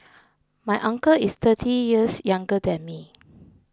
my uncle is thirty years younger than me